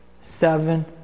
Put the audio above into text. seven